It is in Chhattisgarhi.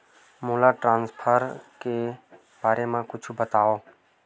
मोला ट्रान्सफर के बारे मा कुछु बतावव?